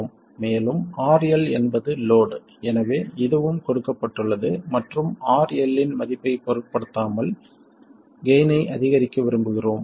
மேலும் RL என்பது load எனவே இதுவும் கொடுக்கப்பட்டுள்ளது மற்றும் RL இன் மதிப்பைப் பொருட்படுத்தாமல் கெய்ன் ஐ அதிகரிக்க விரும்புகிறோம்